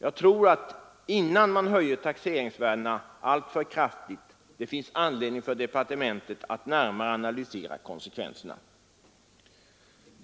Jag tror att det, innan man höjer taxeringsvärdena alltför kraftigt, finns anledning för departementet att närmare analysera konsekvenserna därav.